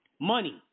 money